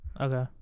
okay